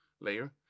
layer